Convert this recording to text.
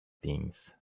things